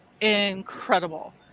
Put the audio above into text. incredible